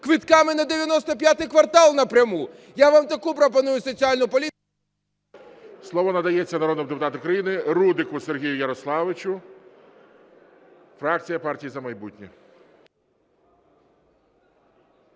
квитками на "95 квартал" напряму? Я вам таку пропоную соціальну політику… ГОЛОВУЮЧИЙ. Слово надається народному депутату України Рудику Сергію Ярославовичу, фракція "Партія "За майбутнє".